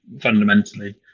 fundamentally